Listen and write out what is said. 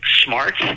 smart